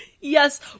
yes